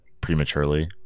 prematurely